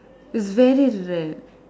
is very rare